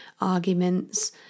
arguments